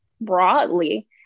broadly